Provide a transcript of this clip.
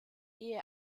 ehe